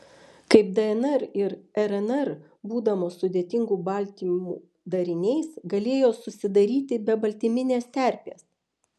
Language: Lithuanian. kaip dnr ir rnr būdamos sudėtingų baltymų dariniais galėjo susidaryti be baltyminės terpės